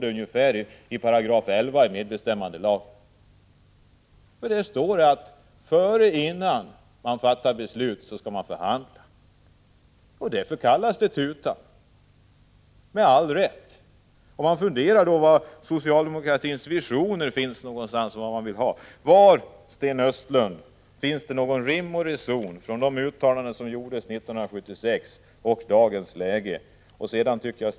Det är ungefär vad som står i 11 § medbestämmandelagen. Där står det att arbetsgivarna skall förhandla innan de fattar beslut. Det är därför man med all rätt talar om att de ”tutar”. Man undrar vart socialdemokratins visioner tagit vägen. Finns det, Sten Östlund, någon rim och reson i att göra uttalanden som de som gjordes 1976 och sedan acceptera förhållandena i dagens läge?